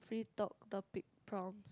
free talk topic prompts